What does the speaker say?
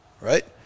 Right